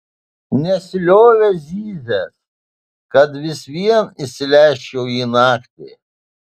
nesiliovė zyzęs kad vis vien įsileisčiau jį naktį